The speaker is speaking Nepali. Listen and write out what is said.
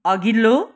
अघिल्लो